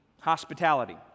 hospitality